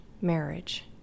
marriage